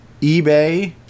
eBay